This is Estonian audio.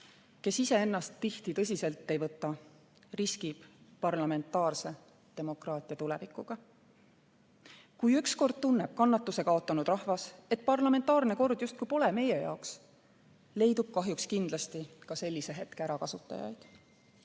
kes iseennast tihti tõsiselt ei võta, riskib parlamentaarse demokraatia tulevikuga. Kui ükskord tunneb kannatuse kaotanud rahvas, et parlamentaarne kord justkui pole meie jaoks, leidub kahjuks kindlasti ka sellise hetke ärakasutajaid.